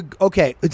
Okay